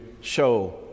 show